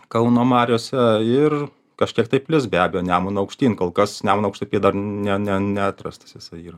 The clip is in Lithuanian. kauno mariose ir kažkiek tai plis be abejo nemunu aukštyn kol kas nemuno aukštupy dar ne ne neatrastas jisai yra